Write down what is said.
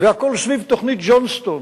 והכול סביב תוכנית גו'נסטון,